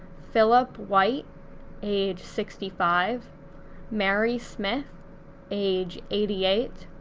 philip white age sixty five mary smith age eighty eight,